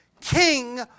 King